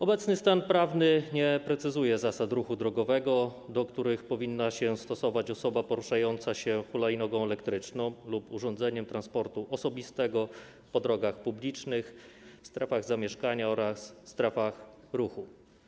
Obecny stan prawny nie precyzuje zasad ruchu drogowego, do których powinna się stosować osoba poruszająca się hulajnogą elektryczną lub urządzeniem transportu osobistego po drogach publicznych, strefach zamieszkania oraz strefach ruchu.